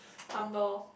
humble